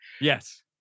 yes